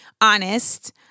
honest